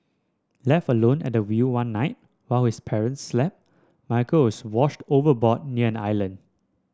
left alone at the wheel one night while his parents slept Michael is washed overboard near an island